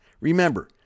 Remember